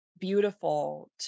beautiful